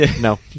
No